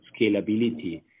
scalability